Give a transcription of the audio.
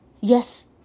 Yes